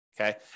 okay